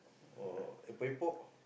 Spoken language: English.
oh a epok epok